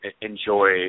enjoy